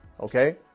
Okay